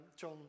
John